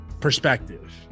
perspective